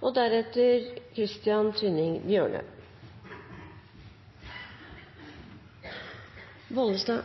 Bollestad.